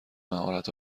مهارت